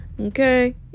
Okay